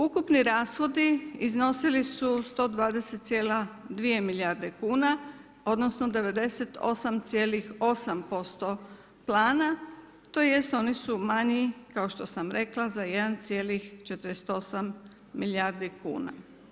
Ukupni rashodi iznosili su 120,2 milijardi odnosno, 98,8% plana, tj., oni su mali, kao što sam rekla za 1,48 milijardi kuna.